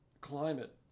climate